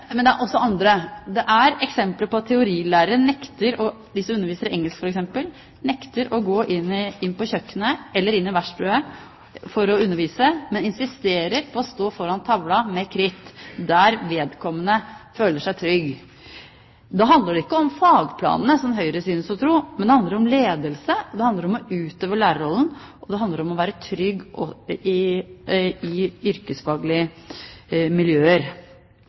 det er også andre. Det finnes eksempler på at teorilærere – f.eks. de som underviser engelsk – nekter å gå inn på kjøkkenet eller inn i verkstedet for å undervise, men insisterer på å stå foran tavla med kritt, der vedkommende føler seg trygg. Da handler det ikke om fagplanene, som Høyre synes å tro, men det handler om ledelse, det handler om å utøve lærerrollen, og det handler om å være trygg i yrkesfaglige miljøer.